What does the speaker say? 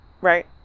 right